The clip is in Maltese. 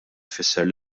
tfisser